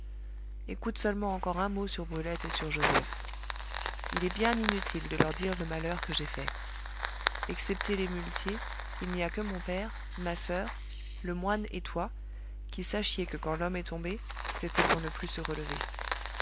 écoute seulement encore un mot sur brulette et sur joseph il est bien inutile de leur dire le malheur que j'ai fait excepté les muletiers il n'y a que mon père ma soeur le moine et toi qui sachiez que quand l'homme est tombé c'était pour ne plus se relever